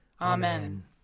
Amen